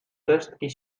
resztki